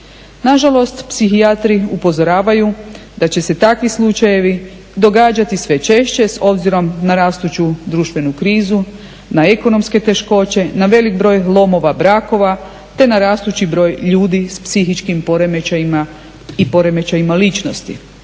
Nažalost psihijatri upozoravaju da će se takvi slučajevi događati sve češće s obzirom na rastuću društvenu krizu, na ekonomske teškoće, na velik broj lomova brakova te na rastući broj ljudi s psihičkim poremećajima i poremećajima ličnosti.